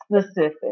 Specific